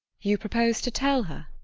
you propose to tell her?